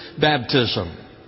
baptism